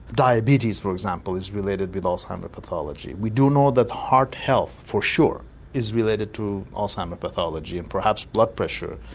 diabetes for example is related with alzheimer pathology, we do know that heart health for sure is related to alzheimer pathology and perhaps blood pressure.